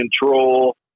control